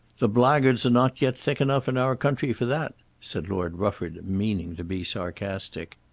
the blackguards are not yet thick enough in our country for that, said lord rufford, meaning to be sarcastic.